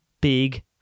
big